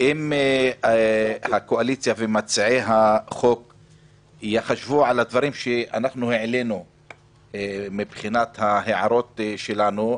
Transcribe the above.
אם הקואליציה ומציעי החוק יחשבו על הדברים שאנחנו העלינו בהערות שלנו,